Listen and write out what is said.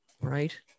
right